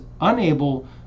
unable